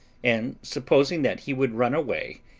and supposing that he would run away,